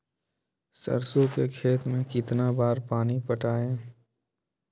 सरसों के खेत मे कितना बार पानी पटाये?